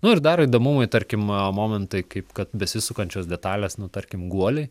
nu ir dar įdomumui tarkim momentai kaip kad besisukančios detalės nu tarkim guoliai